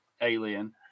alien